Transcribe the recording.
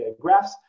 graphs